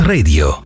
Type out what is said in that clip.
Radio